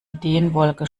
ideenwolke